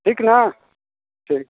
ठीक न ठीक